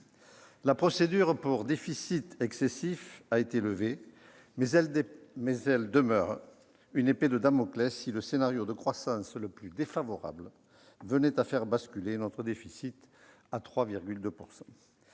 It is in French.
La procédure pour déficit excessif a été levée, mais elle demeure comme une épée de Damoclès si le scénario de croissance le plus défavorable venait à faire basculer notre déficit à 3,2 %.